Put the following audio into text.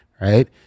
right